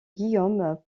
guillaume